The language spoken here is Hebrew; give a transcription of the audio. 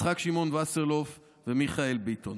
יצחק שמעון וסרלאוף ומיכאל ביטון.